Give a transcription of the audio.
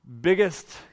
biggest